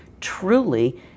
truly